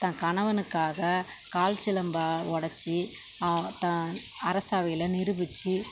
தான் கணவனுக்காக கால் சிலம்பை உடச்சி த அரசவையில் நிரூபித்து